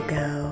go